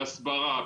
בהסברה,